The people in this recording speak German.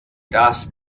das